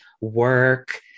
work